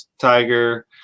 tiger